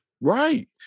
Right